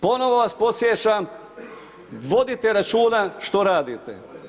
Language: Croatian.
Ponovno vas podsjećam, vodite računa što radite.